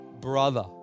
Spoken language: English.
brother